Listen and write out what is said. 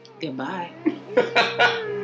Goodbye